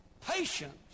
patience